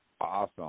Awesome